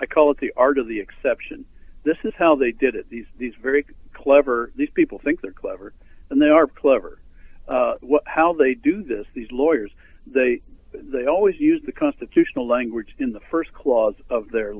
i call it the art of the exception this is how they did it these these very clever people think they're clever and they are clever how they do this these lawyers they always use the constitutional language in the st clause of their